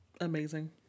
amazing